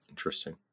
Interesting